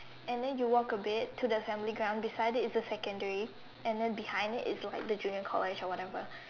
and then you walk a bit to the assembly ground beside it is like the secondary and behind it is like the junior college or whatever